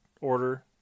order